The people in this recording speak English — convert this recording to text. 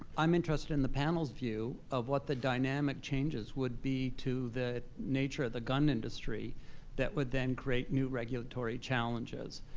i'm interested in the panel's view of what the dynamic changes would be to the nature of the gun industry that would then create new regulatory challenges?